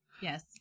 yes